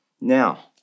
now